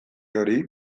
hori